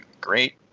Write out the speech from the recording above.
great